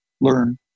learn